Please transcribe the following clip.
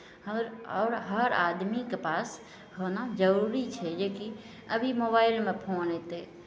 हर आओर हर आदमीके पास होना जरूरी छै जे कि अभी मोबाइलमे फोन अयतै